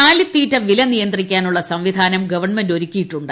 കാലിത്തീറ്റ വില നിയന്ത്രിക്കാനുള്ള സംവിധാനം ഗവൺമെന്റ് ഒരുക്കിയിട്ടുണ്ട്